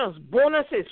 bonuses